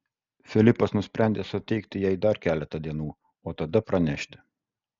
filipas nusprendė suteikti jai dar keletą dienų o tada pranešti